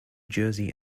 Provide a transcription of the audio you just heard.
jersey